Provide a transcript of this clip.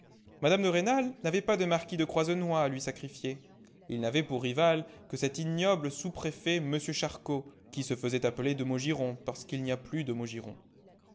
mme de rênal n'avait pas de marquis de croisenois à lui sacrifier il n'avait pour rival que cet ignoble sous-préfet m charcot qui se faisait appeler de maugiron parce qu'il n'y a plus de